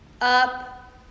up